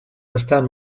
estan